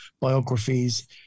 biographies